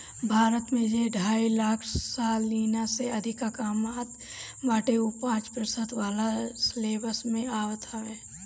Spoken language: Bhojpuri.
भारत में जे ढाई लाख सलीना से अधिका कामत बाटे उ पांच प्रतिशत वाला स्लेब में आवत हवे